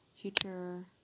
future